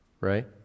right